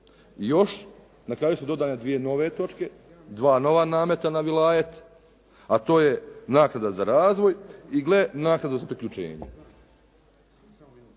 još na kraju su dodane dvije nove točke, dva nova nameta na vilajet a to je naknada za razvoj i gle naknada za priključenje,